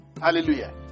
Hallelujah